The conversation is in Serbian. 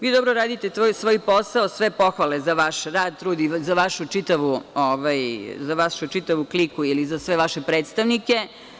Vi dobro radite svoj posao, sve pohvale za vaš rad, trud i za vašu čitavu kliku ili za sve vaše predstavnike.